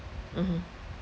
mmhmm